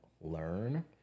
learn